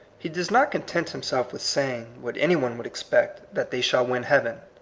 he does not con tent himself with saying, what any one would expect, that they shall win heaven.